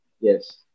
Yes